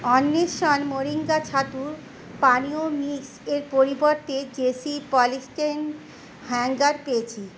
অন্বেষণ মোরিঙ্গা ছাতু পানীয় মিক্সের পরিবর্তে জেসি পলিস্টাইরিন হ্যাঙ্গার পেয়েছি